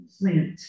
plant